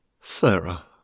Sarah